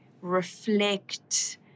reflect